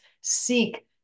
seek